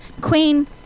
Queen